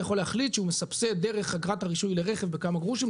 יכול להחליט שהוא מסבסד דרך אגרת הרישוי לרכב בכמה גרושים,